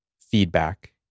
feedback